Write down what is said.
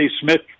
Smith